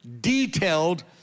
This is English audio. detailed